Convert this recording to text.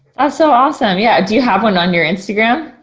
ah so awesome. yeah, do have one on your instagram?